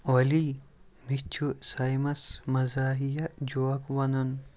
اولی مےٚ چھُ سعیمس مزاہِیا جوک ونُن